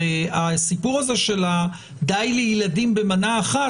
הרי הסיפור הזה של די לילדים במנה אחת,